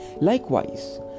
Likewise